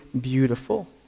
beautiful